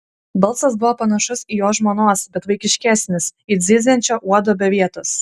balsas buvo panašus į jo žmonos bet vaikiškesnis it zyziančio uodo be vietos